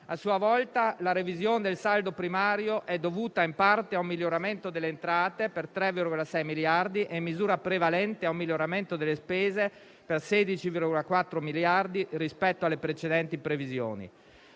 A sua volta, la revisione del saldo primario è dovuta in parte a un miglioramento delle entrate per 3,6 miliardi e in misura prevalente a un miglioramento delle spese per 16,4 miliardi rispetto alle precedenti previsioni.